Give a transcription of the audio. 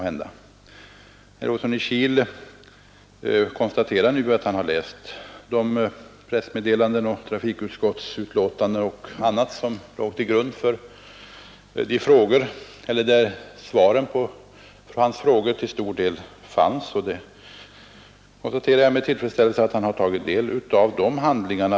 Herr Olsson i Kil konstaterade att han läst de pressmeddelanden och trafikutskottsbetänkanden där svaren på hans frågor till stor del fanns.